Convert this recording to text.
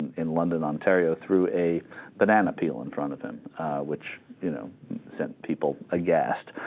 in london ontario through a banana peel in front of them which you know sent people aghast